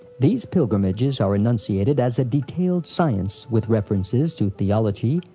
these pilgrimages are enunciated as a detailed science with references to theology,